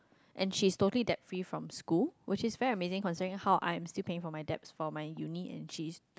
and she is totally that free from school which is very amazing concerning how I am still paying for my depth for my Uni and she